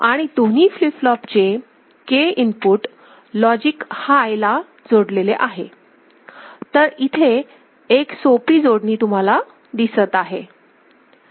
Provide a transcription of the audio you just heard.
आणि दोन्ही flip flop चे K इनपुट लॉजिक हाय ला जोडले आहे तर इथे एक सोपी जोडणी तुम्हाला दिसत आहे